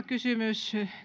kysymys